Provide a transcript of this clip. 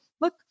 look